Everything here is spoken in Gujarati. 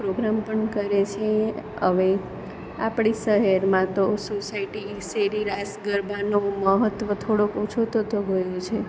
પ્રોગ્રામ પણ કરે છે હવે આપણે શહેરમાં તો સોસાયટી શેરી રાસ ગરબાનો મહત્ત્વ થોડોક ઓછો થતો ગયો છે